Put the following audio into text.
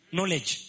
Knowledge